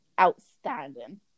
outstanding